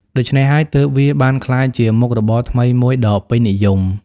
ដូច្នេះហើយ ទើបវាបានក្លាយជាមុខរបរថ្មីមួយដ៏ពេញនិយម។